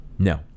No